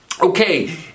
Okay